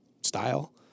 style